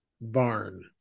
Barn